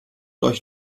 euch